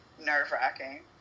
nerve-wracking